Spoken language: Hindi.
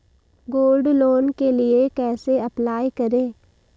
गोल्ड लोंन के लिए कैसे अप्लाई करें?